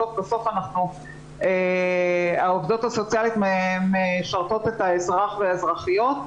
בסוף בסוף העובדות הסוציאליות משרתות את האזרח ואת האזרחית,